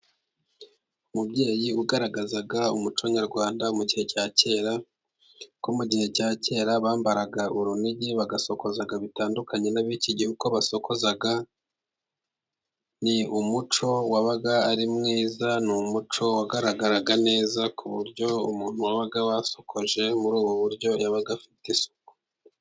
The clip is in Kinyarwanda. Umubyeyi ugaragaza umuco nyarwanda mu gihe cya kera, ko mu gihe cya kera bambaraga urunigi bagasokoza bitandukanye n'ab'iki gihe uko basokoza. Ni umuco wabaga ari mwiza ni umuco wagaragaraga neza ku buryo umuntu wabaga wasokoje muri ubu buryo yabaga afite isuku.